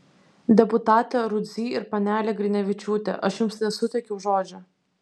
deputate rudzy ir panele grinevičiūte aš jums nesuteikiau žodžio